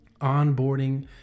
onboarding